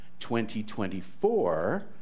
2024